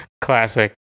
Classic